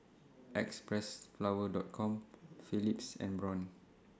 Xpressflower Dot Com Philips and Braun